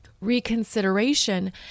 reconsideration